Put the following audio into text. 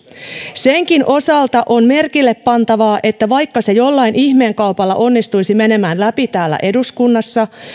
senkin osalta on merkillepantavaa että vaikka se jollain ihmeen kaupalla onnistuisi menemään läpi täällä eduskunnassa